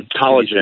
collagen